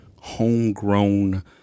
homegrown